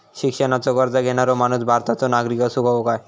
शिक्षणाचो कर्ज घेणारो माणूस भारताचो नागरिक असूक हवो काय?